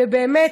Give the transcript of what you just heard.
ובאמת,